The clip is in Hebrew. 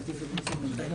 שלום